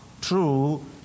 true